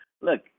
look